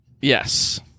Yes